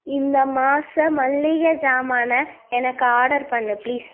இந்த மாத மளிகை சாமான எனக்கு ஆடர் பண்ணு பிளீஸ்